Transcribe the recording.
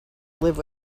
live